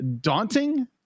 daunting